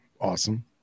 Awesome